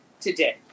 today